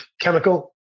chemical